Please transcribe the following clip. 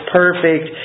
perfect